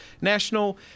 national